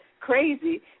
Crazy